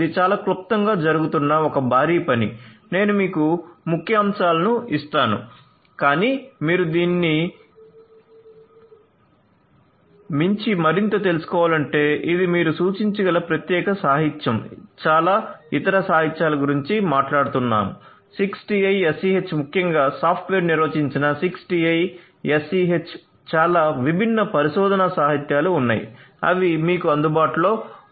ఇది చాలా క్లుప్తంగా జరుగుతున్న ఒక భారీ పని నేను మీకు ముఖ్యాంశాలను ఇస్తాను కానీ మీరు దీనికి మించి మరింత తెలుసుకోవాలంటే ఇది మీరు సూచించగల ప్రత్యేక సాహిత్యం చాలా ఇతర సాహిత్యాలు గురించి మాట్లాడుతున్నాయి 6TiSCH ముఖ్యంగా సాఫ్ట్వేర్ నిర్వచించిన 6TiSCH చాలా విభిన్న పరిశోధనా సాహిత్యాలు ఉన్నాయి అవి మీకు అందుబాటులో ఉన్నాయి